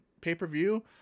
pay-per-view